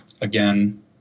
again